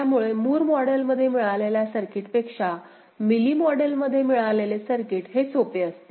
त्यामुळे मूर मॉडेलमध्ये मिळालेल्या सर्किट पेक्षा मिली मॉडेल मध्ये मिळालेले सर्किट हे सोपे असते